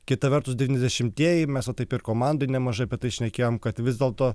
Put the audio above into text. kita vertus devyniasdešimtieji mes va taip ir komandoj nemažai apie tai šnekėjom kad vis dėlto